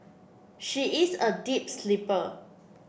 she is a deep sleeper